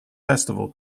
festival